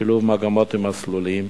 שילוב מגמות ומסלולים,